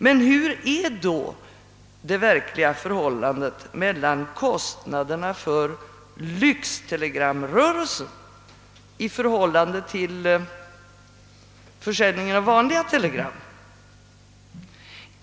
Vilket är då det verkliga förhållandet mellan lyxtelegramrörelsen och försäljningen av vanliga telegram?